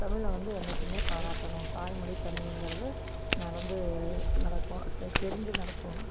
தமிழை வந்து என்றைக்குமே பாராட்டணும் தாய்மொழி தமிழுங்கிறது நடந்து நடக்கும் தெ தெரிஞ்சி நடக்கணும்